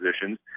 positions